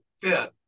fifth